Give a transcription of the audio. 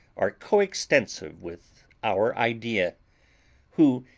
are coextensive with our idea who,